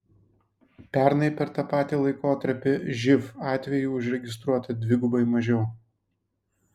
pernai per tą patį laikotarpį živ atvejų užregistruota dvigubai mažiau